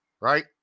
right